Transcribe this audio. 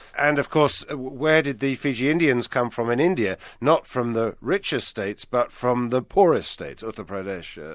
and of course, where did the fiji indians come from in india? not from the richer states but from the poorer states, but uttar pradesh, yeah